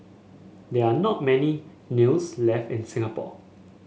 there are not many kilns left in Singapore